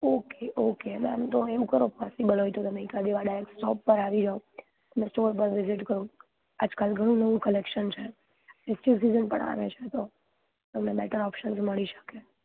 okay okay ma'am તો એવું કરો પોસિબલ હોય તો એકાદી વાર ડાયરેક સોપ પર આવી જાવ તમે સ્ટોર પર વિજિટ કરો આજ કાલ ઘણું નવું કલેક્શન છે એક્ચ્યુઅલ સિઝન પણ આવે છે તો તમને બેટર ઓપ્શન મળી શકે